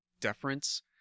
deference